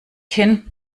kinn